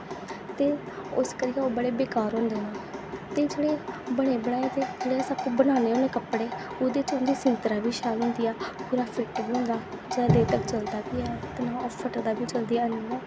ते इस करियै ओह् बड़े बेकार होंदे न ते जेह्ड़े बने बनाए दे जेह्ड़े अस आपूं बनान्ने होन्ने कपड़े ओह्दे च सींतरां बी शैल होंदिया पूरा फिट बी होंदा जैदा देर तक चलदा बी ऐ कन्नै ओह् फटदा बी जल्दी ऐ नेईं